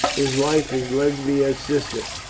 his wife is lesbia's sister,